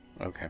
Okay